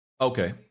Okay